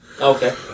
Okay